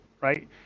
right